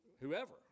whoever